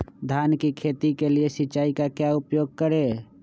धान की खेती के लिए सिंचाई का क्या उपयोग करें?